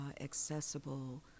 accessible